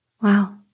Wow